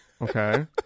Okay